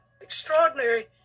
extraordinary